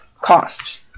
costs